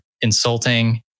insulting